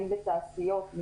הן בתעשיות,